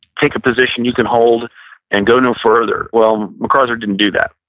take a position you can hold and go no further. well, macarthur didn't do that